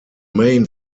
main